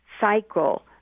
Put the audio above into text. cycle